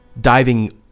diving